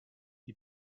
die